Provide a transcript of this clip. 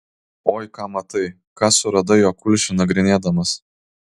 oi ką matai ką suradai jo kulšį nagrinėdamas